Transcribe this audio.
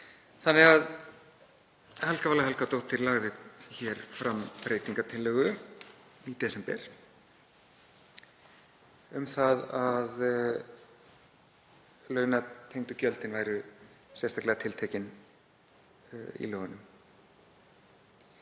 ætlað. Helga Vala Helgadóttir lagði því fram breytingartillögu í desember um að launatengdu gjöldin væru sérstaklega tiltekin í lögunum.